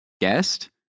guest